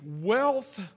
wealth